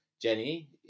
Jenny